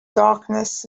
darkness